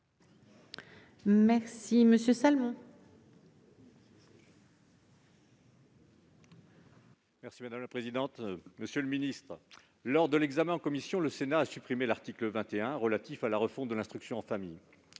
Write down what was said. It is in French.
M. Daniel Salmon, pour explication de vote. Monsieur le ministre, lors de l'examen en commission, le Sénat a supprimé l'article 21 relatif à la refonte de l'instruction en famille.